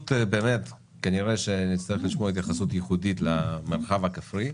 כנראה שנצטרך לשמוע התייחסות ייחודית למרחב הכפרי.